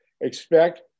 expect